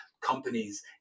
companies